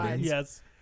yes